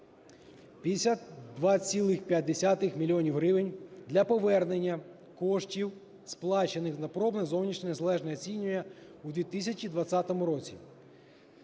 52,5 мільйона гривень – для повернення коштів, сплачених на пробне зовнішнє незалежне оцінювання у 2020 році.